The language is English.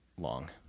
long